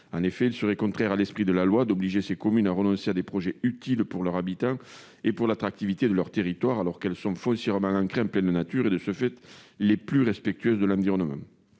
naturels. Il serait contraire à l'esprit de la loi d'obliger ces communes à renoncer à des projets utiles pour leurs habitants et pour l'attractivité de leur territoire, alors qu'elles sont foncièrement ancrées en pleine nature et, partant, les plus respectueuses de l'environnement.